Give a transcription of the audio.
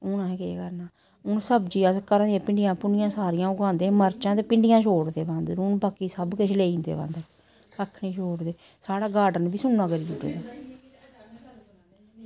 हून असें केह् करना हून सब्ज़ी अस घर दियां भिंडियां भूंडियां सारियां उगांदे मरचां ते भिंडियां छोड़दे बांदर हून बाकी सब किश लेई जंदे बांदर कक्ख निं छोड़दे साढ़ा गार्डन बी सुन्ना करी ओड़े दा